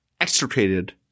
extricated